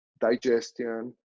digestion